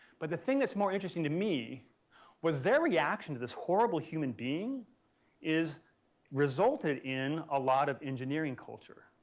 but the thing that's more interesting to me was their reaction to this horrible human being is resulted in a lot of engineering culture.